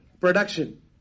production